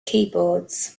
keyboards